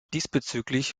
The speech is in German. diesbezüglich